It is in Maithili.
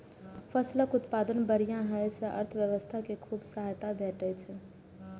फसलक उत्पादन बढ़िया होइ सं अर्थव्यवस्था कें खूब सहायता भेटै छै